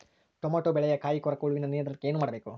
Tomato ಬೆಳೆಯ ಕಾಯಿ ಕೊರಕ ಹುಳುವಿನ ನಿಯಂತ್ರಣಕ್ಕೆ ಏನು ಮಾಡಬೇಕು?